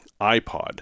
iPod